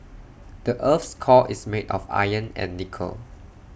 the Earth's core is made of iron and nickel